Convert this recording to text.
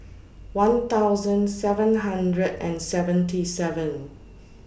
one thousand seven hundred and seventy seven